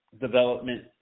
development